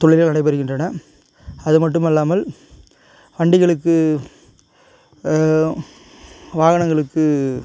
தொழில்கள் நடைபெறுகின்றன அதுமட்டும் அல்லாமல் வண்டிகைகளுக்கு வாகனங்களுக்கு